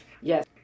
Yes